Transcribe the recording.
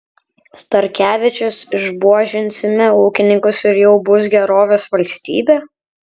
starkevičius išbuožinsime ūkininkus ir jau bus gerovės valstybė